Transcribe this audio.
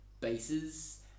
bases